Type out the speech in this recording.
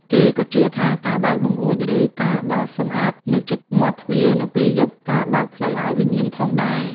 គេក៏ជឿថា ការបើកបង្អួច ឬការបោសសំអាតនៅជិតមាត់់ទ្វារនៅពេលយប់ ការបើកផ្លូវឱ្យវិញ្ញាណផងដែរ។